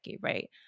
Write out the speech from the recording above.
right